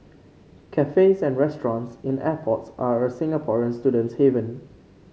cafes and restaurants in airports are a Singaporean student's haven